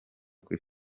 kuri